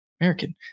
American